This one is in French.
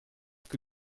que